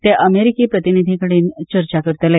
ते अमेरीकी प्रतिनीधींकडेन चर्चा करतले